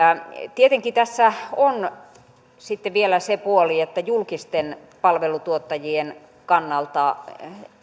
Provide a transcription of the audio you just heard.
tietenkin tässä on sitten vielä se puoli että julkisten palveluntuottajien kannalta